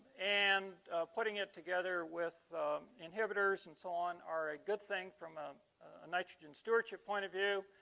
and putting it together with inhibitors and so on are a good thing from ah a nitrogen stewardship point of view